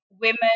women